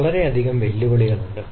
വളരെയധികം വെല്ലുവിളികൾ ഉണ്ട്